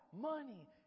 money